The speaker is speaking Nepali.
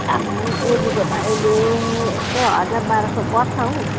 आम्मम केजीको त अहिले यस्तै हजार बाह्र सय पर्छ हौ